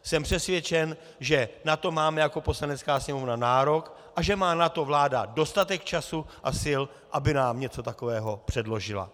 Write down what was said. Jsem přesvědčen, že na to máme jako Poslanecká sněmovna nárok a že má na to vláda dostatek času a sil, aby nám něco takového předložila.